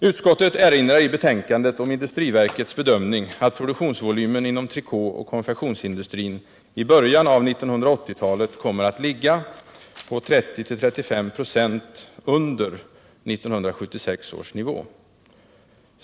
Utskottet erinrar i betänkandet om industriverkets bedömning att produktionsvolymen inom trikåoch konfektionsindustrin i början av 1980-talet kommer att ligga 30-35 96 under 1976 års nivå.